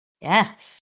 Yes